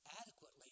adequately